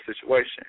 situation